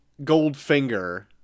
Goldfinger